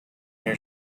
your